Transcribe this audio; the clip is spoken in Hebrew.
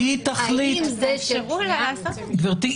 האם --- גברתי,